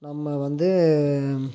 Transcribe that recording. நம்ம வந்து